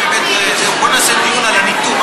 בוא נעשה דיון על הניטור,